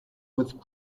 with